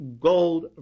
gold